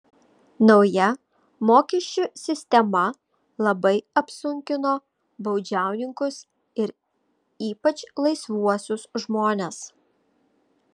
nauja mokesčių sistema labai apsunkino baudžiauninkus ir ypač laisvuosius žmones